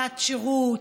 שנת שירות,